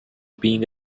being